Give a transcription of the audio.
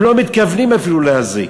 הם לא מתכוונים אפילו להזיק.